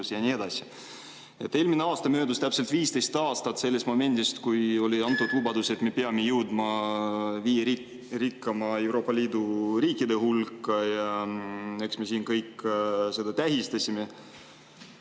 ja nii edasi.